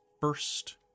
first